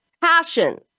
passion